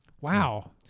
Wow